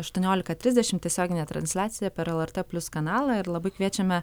aštuoniolika tridešim tiesioginė transliacija per lrt plius kanalą ir labai kviečiame